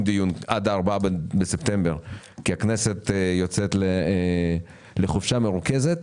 דיון עד ה-4 בספטמבר כי הכנסת יוצאת לחופשה מרוכזת.